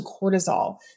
cortisol